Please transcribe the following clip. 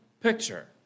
picture